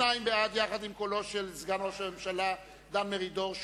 יחד עם קולו של סגן ראש הממשלה דן מרידור,